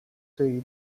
对于